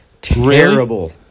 terrible